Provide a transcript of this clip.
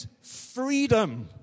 Freedom